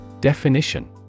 Definition